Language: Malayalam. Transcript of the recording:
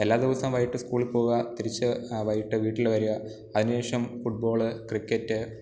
എല്ലാ ദിവസവും വൈകിയിട്ട് സ്കൂളിൽ പോകുക തിരിച്ച് വൈകിയിട്ട് വീട്ടിൽ വരിക അതിനു ശേഷം ഫുട് ബോൾ ക്രിക്കറ്റ്